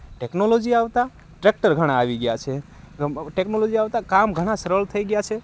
technology આવતા tractor ઘણા આવી ગ્યાં છે ટેકનોલોજી આવતા કામ ઘણા સરળ થઈ ગ્યાં છે